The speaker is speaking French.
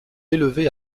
élevé